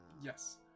Yes